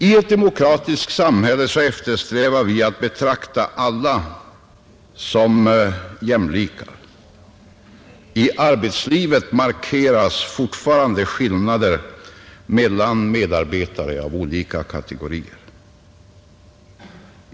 I ett demokratiskt samhälle eftersträvar vi att betrakta alla som jämlikar. I arbetslivet markeras fortfarande skillnader mellan medarbetare av olika kategorier.